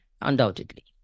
undoubtedly